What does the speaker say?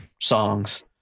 songs